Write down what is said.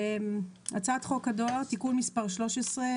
הצעת חוק הדואר (תיקון מס' 13),